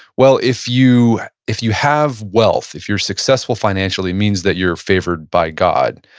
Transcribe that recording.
well, if you if you have wealth, if you're successful financially it means that you're favored by god.